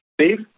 Steve